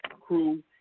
crew